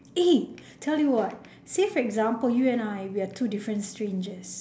eh tell you what say for example you and I we are different strangers